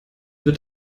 wird